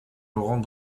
laurent